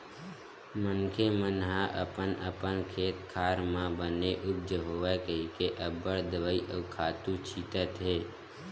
मनखे मन ह अपन अपन खेत खार म बने उपज होवय कहिके अब्बड़ दवई अउ खातू छितत हे